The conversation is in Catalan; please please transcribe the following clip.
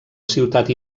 ciutat